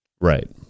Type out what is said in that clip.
Right